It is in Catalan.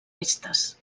restes